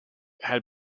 had